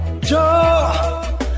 Joe